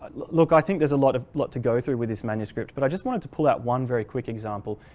look i think there's a lot of lot to go through with this manuscript but i just wanted to pull that one very quick example.